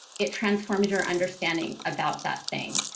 it transforms your understanding about that thing.